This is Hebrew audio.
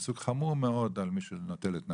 פסוק חמור מאוד על מי שנוטל את נפשו,